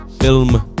film